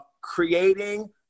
creating